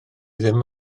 ddim